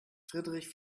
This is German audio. friedrich